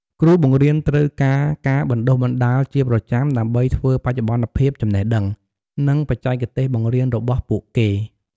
គ្រូបង្រៀនត្រូវការការបណ្តុះបណ្តាលជាប្រចាំដើម្បីធ្វើបច្ចុប្បន្នភាពចំណេះដឹង និងបច្ចេកទេសបង្រៀនរបស់ពួកគេ។